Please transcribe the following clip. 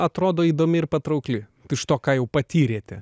atrodo įdomi ir patraukli iš to ką jau patyrėte